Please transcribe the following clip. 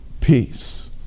peace